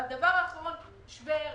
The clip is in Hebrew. והדבר האחרון הוא שווה ערך.